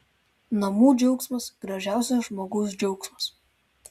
namų džiaugsmas gražiausias žmogaus džiaugsmas